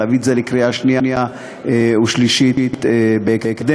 להביא את זה לקריאה שנייה ושלישית בהקדם,